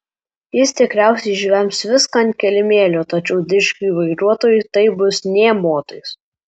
jis tikriausiai išvems viską ant kilimėlio tačiau dičkiui vairuotojui tai bus nė motais